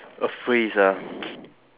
a phrase ah